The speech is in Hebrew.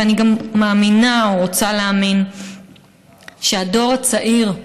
ואני גם מאמינה או רוצה להאמין שהדור הצעיר,